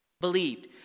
Believed